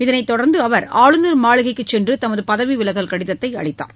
இதனைத்தொடர்ந்து அவர் ஆளுநர் மாளிகைக்கு சென்று தமது பதவி விலகல் கடிதத்தை அளித்தார்